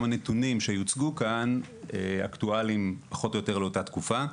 הנתונים שיוצגו כאן אקטואלים פחות או יותר לאותה תקופה.